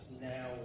now